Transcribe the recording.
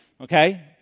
okay